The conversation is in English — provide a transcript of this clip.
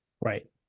Right